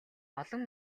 олон